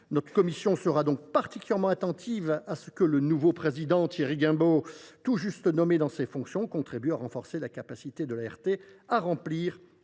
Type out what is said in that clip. Notre commission sera particulièrement attentive à ce que le nouveau président, Thierry Guimbaud, tout juste nommé dans ses fonctions, contribue à renforcer la capacité de l’Autorité